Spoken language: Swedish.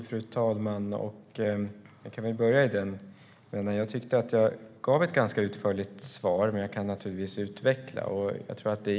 Fru talman! Jag kan börja i den änden. Jag tyckte att jag gav ett ganska utförligt svar, men jag kan naturligtvis utveckla det.